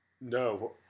no